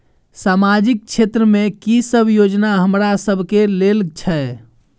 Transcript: सामाजिक क्षेत्र में की सब योजना हमरा सब के लेल छै?